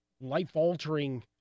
life-altering